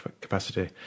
capacity